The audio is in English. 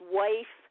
wife